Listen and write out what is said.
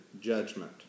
judgment